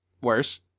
Worse